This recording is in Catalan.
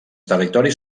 territoris